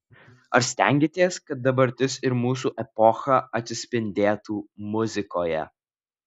ar stengiatės kad dabartis ir mūsų epocha atsispindėtų muzikoje